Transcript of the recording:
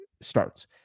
starts